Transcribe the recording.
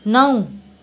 नौ